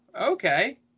okay